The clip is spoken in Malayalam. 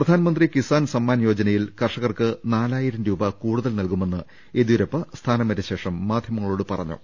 പ്രധാൻമന്ത്രി കിസാൻ സമ്മാൻ യോജനയിൽ കർഷകർക്ക് നാലായിരം രൂപ കൂടുതൽ നൽകുമെന്ന് യെദ്യൂരപ്പ സ്ഥാനമേറ്റ ശേഷം മാധ്യ മങ്ങളോട് പറഞ്ഞു